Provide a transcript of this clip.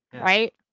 right